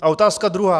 A otázka druhá.